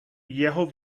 jeho